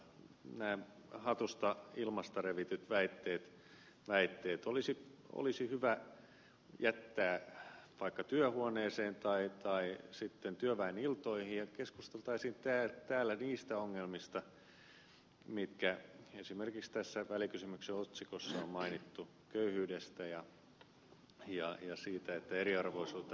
nämä hatusta ilmasta revityt väitteet olisi hyvä jättää vaikka työhuoneeseen tai sitten työväeniltoihin ja keskusteltaisiin täällä niistä ongelmista mitkä esimerkiksi tässä välikysymyksen otsikossa on mainittu köyhyydestä ja siitä että eriarvoisuutta pitää poistaa